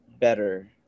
better